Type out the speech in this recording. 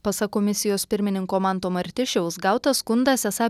pasak komisijos pirmininko manto martišiaus gautas skundas esą